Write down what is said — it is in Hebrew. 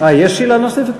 יש שאלה נוספת?